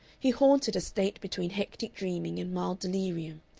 he haunted a state between hectic dreaming and mild delirium,